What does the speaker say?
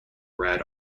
brad